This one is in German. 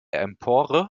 empore